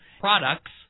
products